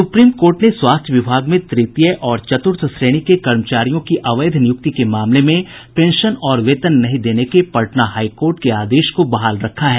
supreme court ने स्वास्थ्य विभाग में तृतीय और चतुर्थ श्रेणी के कर्मचारियों की अवैध नियुक्ति के मामले में पेंशन और वेतन नहीं देने के पटना हाईकोर्ट के आदेश को बहाल रखा है